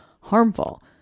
harmful